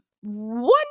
One